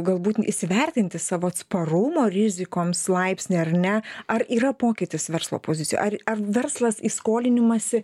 galbūt įsivertinti savo atsparumo rizikoms laipsnį ar ne ar yra pokytis verslo pozicijų ar ar verslas į skolinimąsi